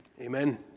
Amen